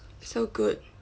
so good